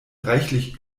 reichlich